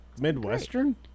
midwestern